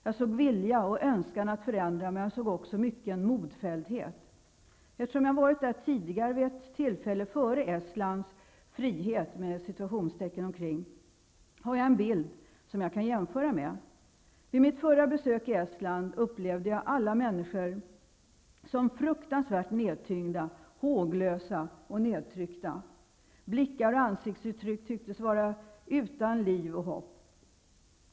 Jag såg vilja och önskan att förändra, men jag såg också mycken modfälldhet. Eftersom jag varit där tidigare, vid ett tillfälle före Estlands ''frihet'', har jag en bild som jag kan jämföra med. Vid mitt första besök i Estland upplevde jag alla människor som fruktansvärt nedtyngda, håglösa och betryckta. Blickar och ansiktsuttryck tycktes vara utan liv och hopp.